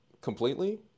completely